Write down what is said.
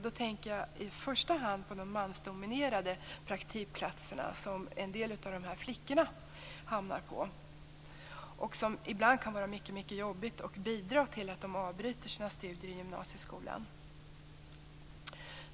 Jag tänker i första hand på de mansdominerade praktikplatserna som en del av flickorna hamnar på. Det kan ibland vara mycket jobbigt och bidra till att de avbryter sina studier i gymnasieskolan.